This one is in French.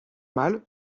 mâles